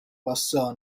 passò